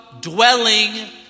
Dwelling